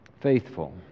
faithful